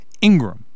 Ingram